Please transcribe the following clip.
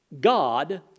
God